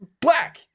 black